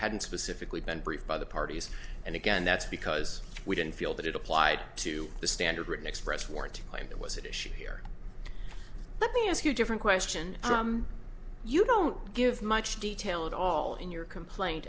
hadn't specifically been briefed by the parties and again that's because we didn't feel that it applied to the standard written express warrant to claim that was at issue here let me ask you a different question you don't give much detail at all in your complain